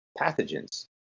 pathogens